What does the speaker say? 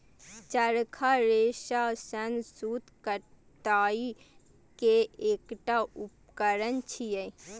चरखा रेशा सं सूत कताइ के एकटा उपकरण छियै